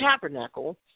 tabernacle